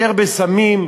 יותר בסמים,